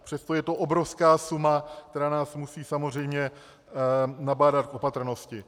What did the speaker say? Přesto je to obrovská suma, která nás musí samozřejmě nabádat k opatrnosti.